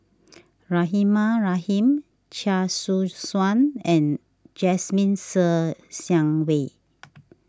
Rahimah Rahim Chia Soo Suan and Jasmine Ser Xiang Wei